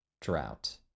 drought